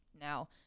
Now